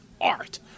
art